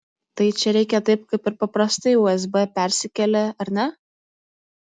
tai čia reikia taip kaip ir paprastai usb persikeli ar ne